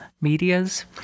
medias